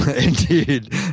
Indeed